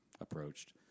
approached